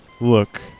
Look